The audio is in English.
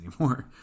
anymore